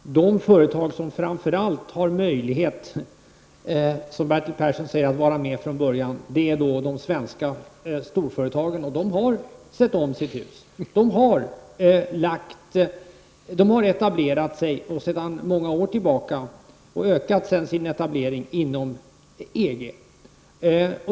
Herr talman! De företag som framför allt har möjlighet att vara med från början är de svenska storföretagen, och de har redan sett om sitt hus. Dessa företag har sedan många år tillbaka etablerat sig och sedan ökat sin etablering inom EG.